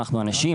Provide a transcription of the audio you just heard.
אנחנו אנשים.